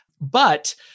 But-